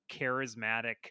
charismatic